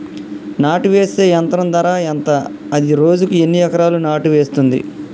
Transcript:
నాటు వేసే యంత్రం ధర ఎంత? అది రోజుకు ఎన్ని ఎకరాలు నాటు వేస్తుంది?